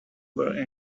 were